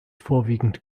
vorwiegend